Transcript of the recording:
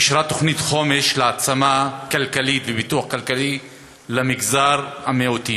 אישרה תוכנית חומש להעצמה כלכלית וביטוח כלכלי למגזר המיעוטים,